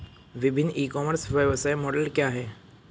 विभिन्न e commerce व्यवसाय model क्या हैं?